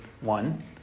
one